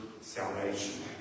salvation